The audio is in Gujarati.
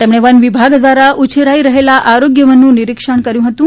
તેમણે વન વિભાગ દ્વારા ઉછેરાઈ રહેલા આરોગ્ય વનનું નિરીક્ષણ કર્યું હતું